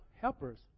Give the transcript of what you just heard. helpers